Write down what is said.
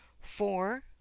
Four